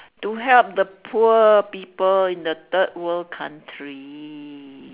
to help the poor people in the third world country